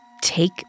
take